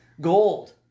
Gold